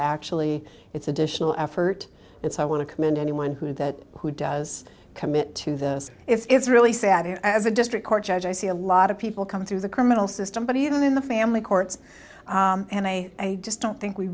actually it's additional effort it's i want to commend anyone who did that who does commit to this it's really sad here as a district court judge i see a lot of people coming through the criminal system but even in the family courts and i just don't think we